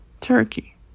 turkey